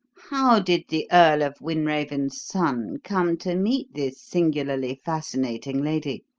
how did the earl of wynraven's son come to meet this singularly fascinating lady,